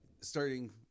starting